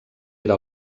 era